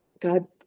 God